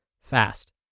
fast